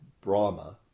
Brahma